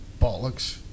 bollocks